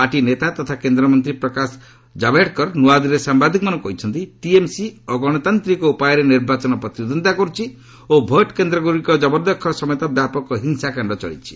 party ନେତା ତଥା କେନ୍ଦ୍ରମନ୍ତ୍ରୀ ପ୍ରକାଶ କାୱଡେକର ନ୍ତଆଦିଲ୍ଲୀରେ ସାମ୍ବାଦିକମାନଙ୍କୁ କହିଛନ୍ତି ଟିଏମ୍ସି ଅଗଣତାନ୍ତିତକ ଉପାୟରେ ନିର୍ବାଚନରେ ପ୍ରତିଦ୍ୱନ୍ଦ୍ୱିତା କରୁଛି ଓ ଭୋଟ୍କେନ୍ଦ୍ରଗୁଡ଼ିକ ଜବରଦଖଲ ସମେତ ବ୍ୟାପକ ହିଂସାକାଣ୍ଡ ଚଳାଇଛି